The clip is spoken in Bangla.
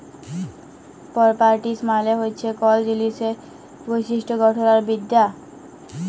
পরপার্টিস মালে হছে কল জিলিসের বৈশিষ্ট গঠল আর বিদ্যা